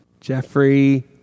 Jeffrey